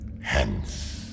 hence